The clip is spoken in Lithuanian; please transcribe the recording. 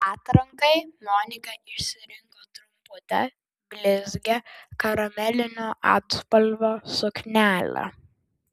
atrankai monika išsirinko trumputę blizgią karamelinio atspalvio suknelę